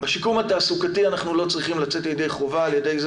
בשיקום התעסוקתי אנחנו לא צריכים לצאת ידי חובה על ידי זה